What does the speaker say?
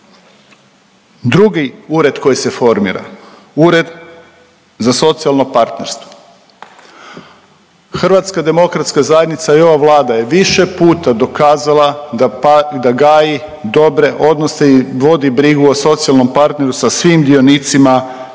Drugi ured koji se formira Ured za socijalno partnerstvo. HDZ i ova Vlada je više puta dokazala da gaji dobre odnose i vodi brigu o socijalnom partneru sa svim dionicima u hrvatskom